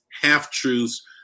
half-truths